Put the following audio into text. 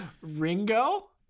Ringo